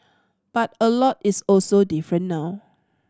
but a lot is also different now